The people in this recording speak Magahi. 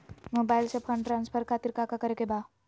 मोबाइल से फंड ट्रांसफर खातिर काका करे के बा?